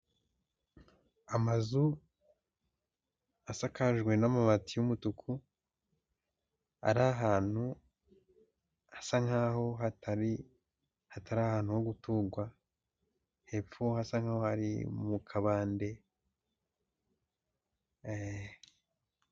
Amazu asakajwe n'amabati y'umutuku, ar'ahantu hasa nk'aho hatari hatar'ahantu ho guturwa, hepfo hasa nk'aho hari mu kabande.